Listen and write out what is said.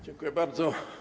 Dziękuję bardzo.